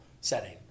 setting